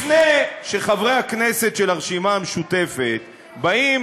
לפני שחברי הכנסת של הרשימה המשותפת באים